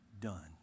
done